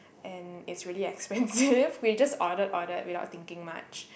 and it's really expensive we just order order without thinking much